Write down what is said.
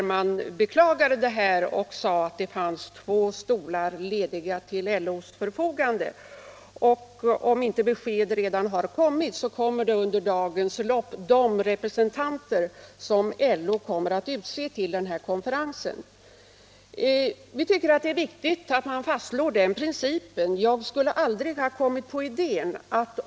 Man beklagade vad som hänt och sade att det fanns två stolar lediga till LO:s förfogande. Om det inte redan har kommit, så kommer under dagens lopp ett besked om vilka representanter LO ämnar utse till konferensen. Vi tycker det är viktigt att man fastslår den här principen.